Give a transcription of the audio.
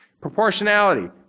Proportionality